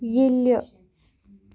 ییٚلہِ